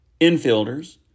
infielders